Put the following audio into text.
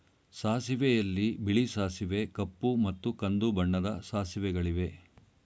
ಸಾಸಿವೆಯಲ್ಲಿ ಬಿಳಿ ಸಾಸಿವೆ ಕಪ್ಪು ಮತ್ತು ಕಂದು ಬಣ್ಣದ ಸಾಸಿವೆಗಳಿವೆ